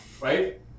Right